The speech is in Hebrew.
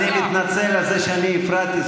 אני מתנצל על זה שאני הפרעתי,